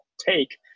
take